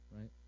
right